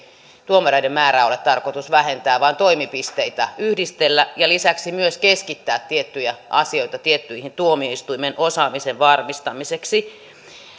tuomareiden määrää ei tässä ole tarkoitus vähentää vaan toimipisteitä yhdistellä ja lisäksi myös keskittää tiettyjä asioita tiettyihin tuomioistuimiin osaamisen varmistamiseksi